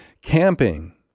camping